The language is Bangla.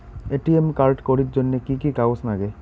এ.টি.এম কার্ড করির জন্যে কি কি কাগজ নাগে?